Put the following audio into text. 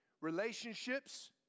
relationships